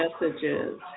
messages